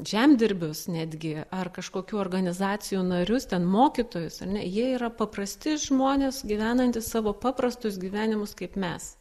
žemdirbius netgi ar kažkokių organizacijų narius ten mokytojus ar ne jie yra paprasti žmonės gyvenantys savo paprastus gyvenimus kaip mes